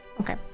Okay